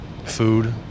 food